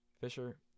Fisher